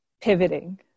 Pivoting